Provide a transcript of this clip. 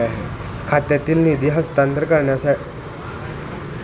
खात्यातील निधी हस्तांतर करण्याची कायदेशीर पद्धत काय आहे?